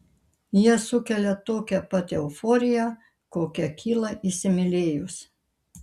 jie sukelia tokią pat euforiją kokia kyla įsimylėjus